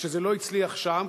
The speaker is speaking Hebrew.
וכשזה לא הצליח שם,